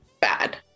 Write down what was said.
bad